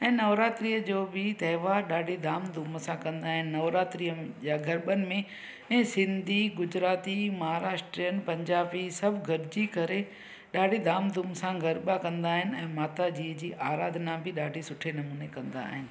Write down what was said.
ऐं नवरात्रि जो बि त्योहारु ॾाढी धाम धूम सां कंदा आहिनि नवरात्रिअ जा गरबनि में ऐं सिंधी गुजराती महाराष्ट्रनि पंजाबी सब गॾिजी करे ॾाढी धाम धूम सां गरबा कंदा आहिनि ऐं माता जी आराधना बि ॾाढी सुठे नमूने कंदा आहिनि